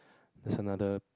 there's another